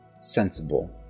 sensible